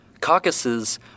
Caucuses